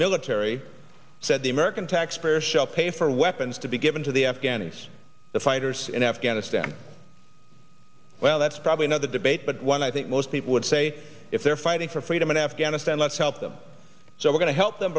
military said the american taxpayer shall pay for weapons to be given to the afghanis the fighters in afghanistan well that's probably not the bait but one i think most people would say if they're fighting for freedom in afghanistan let's help them so we're going to help them